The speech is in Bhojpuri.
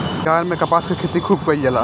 बिहार में कपास के खेती खुब कइल जाला